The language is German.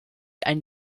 einen